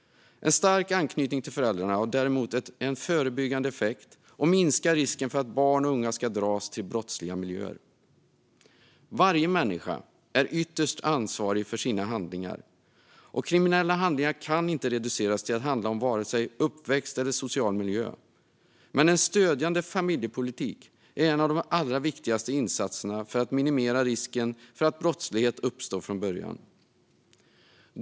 En stark anknytning till föräldrarna har däremot en förebyggande effekt och minskar risken för att barn och unga ska dras till brottsliga miljöer. Varje människa är ytterst ansvarig för sina handlingar. Kriminella handlingar kan inte reduceras till att handla om vare sig uppväxt eller social miljö. Men en stödjande familjepolitik är en av de allra viktigaste insatserna för att minimera risken för att brottslighet uppstår från början.